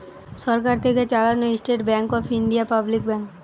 সরকার থেকে চালানো State Bank of India public bank